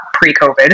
pre-COVID